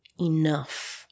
enough